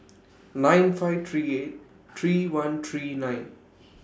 nine five three eight three one three nine